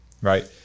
right